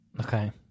Okay